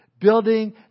building